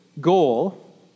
goal